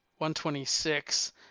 126